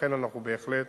ולכן אנחנו בהחלט